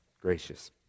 gracious